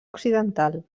occidental